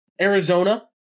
Arizona